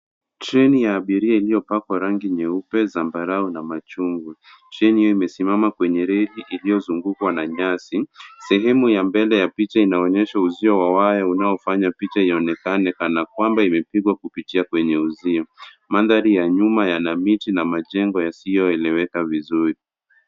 Treni ya abiria iliyopakwa rangi nyeupe, zambarau na machungwa. Treni hiyo imesimama kwenye reli iliyozungukwa na nyasi. Sehemu ya mbele ya picha inaonyesha uzio wa waya, unaofanya picha ionekane kana kwamba imepigwa kupitia kwenye uzio. Mandhari ya nyuma yana miti na majengo yasiyoeleweka vizuri.